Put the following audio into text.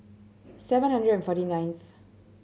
seven hundred and forty ninth